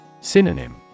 Synonym